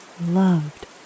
loved